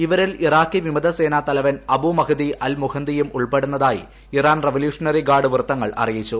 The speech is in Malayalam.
ഇവരിൽ ഇറാക്കി ്വിമത സേനാ തലവൻ അബു മഹ്ദി അൽ മുഹന്ദിയും ഉൾപ്പെടുന്നതായി ഇറാൻ റെവലൂഷണറി ഗാർഡ് വൃത്തങ്ങൾ അറിയിച്ചു